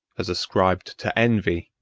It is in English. has ascribed to envy,